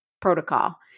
protocol